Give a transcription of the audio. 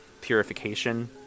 purification